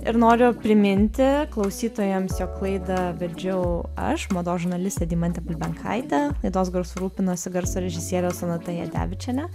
ir noriu priminti klausytojams jog klaidą vedžiau aš mados žurnalistė deimantė bulbenkaitė laidos garsu rūpinosi garso režisierė sonata jadevičienė